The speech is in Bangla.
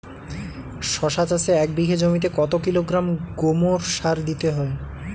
শশা চাষে এক বিঘে জমিতে কত কিলোগ্রাম গোমোর সার দিতে হয়?